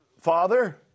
Father